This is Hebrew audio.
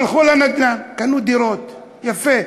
הלכו לנדל"ן, קנו דירות, יפה,